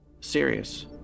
Serious